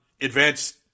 advanced